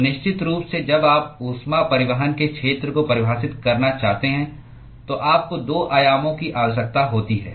तो निश्चित रूप से जब आप ऊष्मा परिवहन के क्षेत्र को परिभाषित करना चाहते हैं तो आपको 2 आयामों की आवश्यकता होती है